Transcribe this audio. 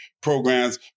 programs